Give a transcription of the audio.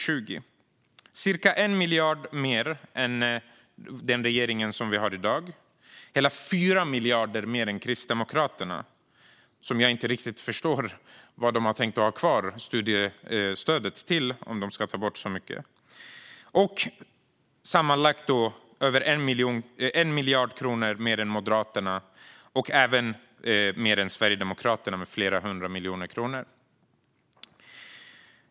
Det är ca 1 miljard mer än den regering vi har i dag och hela 4 miljarder mer än Kristdemokraterna - som jag inte riktigt förstår vad de tänker ha studiestödet till om de ska ta bort så mycket - samt över 1 miljard mer än Moderaterna och flera hundra miljoner mer än Sverigedemokraterna.